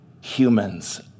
humans